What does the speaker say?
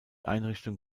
einrichtung